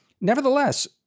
Nevertheless